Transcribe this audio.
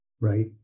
right